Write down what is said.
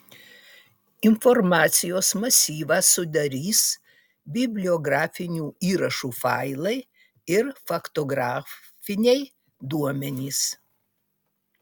informacijos masyvą sudarys bibliografinių įrašų failai ir faktografiniai duomenys